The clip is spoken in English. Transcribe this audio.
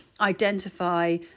identify